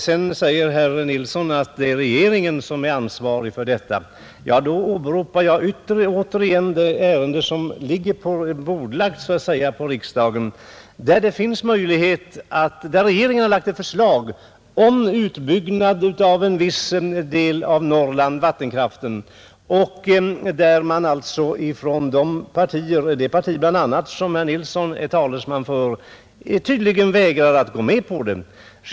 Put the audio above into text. Vidare säger herr Nilsson att det är regeringen som är ansvarig. Då åberopar jag återigen det ärende som ligger på riksdagens bord, där regeringen föreslår utbyggnad av en viss del av vattenkraften i Norrland. Bland annat det parti som herr Nilsson är talesman för vägrar tydligen att gå med på det.